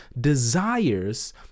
desires